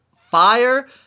fire